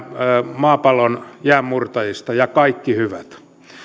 maapallon jäänmurtajista ja kaikki hyvät